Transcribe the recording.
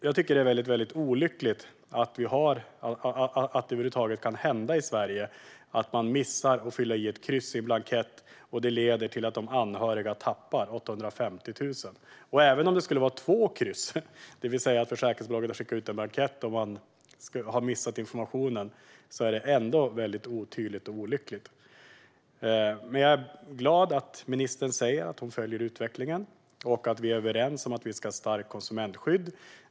Jag tycker att det är väldigt olyckligt att det över huvud taget kan hända i Sverige att en miss när det gäller att fylla i ett kryss på en blankett leder till att de anhöriga tappar 850 000 kronor. Även om det skulle vara två kryss, det vill säga att försäkringsbolaget har skickat ut en blankett och man har missat informationen är det ändå väldigt otydligt och olyckligt. Jag är glad att ministern säger att hon följer utvecklingen och att vi är överens om att vi ska ha ett starkt konsumentskydd.